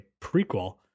prequel